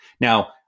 Now